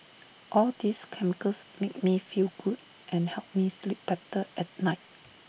all these chemicals make me feel good and help me sleep better at night